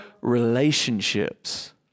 relationships